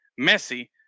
Messi